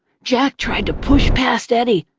jack tried to push past eddie,